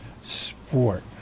sport